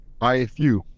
IFU